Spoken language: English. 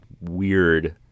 weird